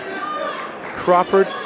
Crawford